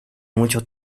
mucho